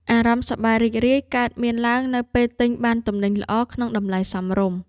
អារម្មណ៍សប្បាយរីករាយកើតមានឡើងនៅពេលទិញបានទំនិញល្អក្នុងតម្លៃសមរម្យ។